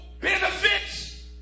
benefits